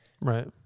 Right